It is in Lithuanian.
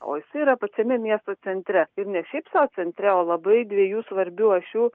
o jisai yra pačiame miesto centre ir ne šiaip sau centre o labai dviejų svarbių ašių